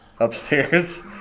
upstairs